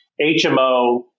HMO